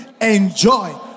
enjoy